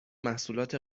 محصولات